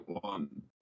one